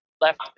left